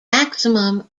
maximum